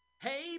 Hey